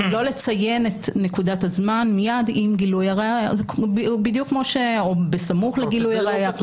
לא לציין את נקודת הזמן מייד עם גילוי הראיה או בסמוך לגילוי הראיה.